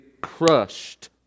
crushed